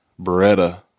Beretta